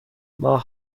ماه